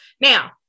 Now